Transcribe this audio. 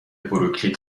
بروکلی